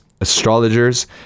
astrologers